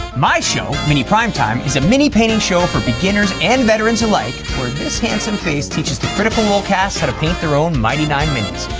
my show, mini primetime, is a mini painting show for beginners and veterans alike where this handsome face teaches the critical role cast how to paint their own mighty nein minis.